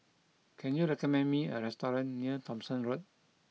can you recommend me a restaurant near Thomson Road